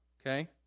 okay